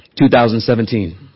2017